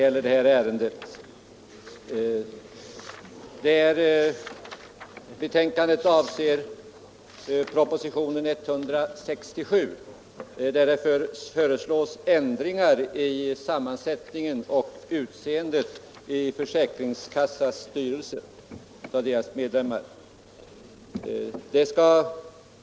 Betänkandet behandlar propositionen 167, i vilken föreslås ändringar av sammansättningen och utseendet beträffande försäkringskassas styrelse.